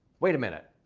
wait a minute.